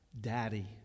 daddy